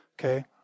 Okay